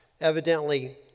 Evidently